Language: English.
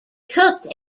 cooked